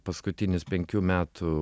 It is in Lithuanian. paskutinis penkių metų